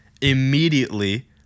immediately